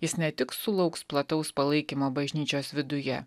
jis ne tik sulauks plataus palaikymo bažnyčios viduje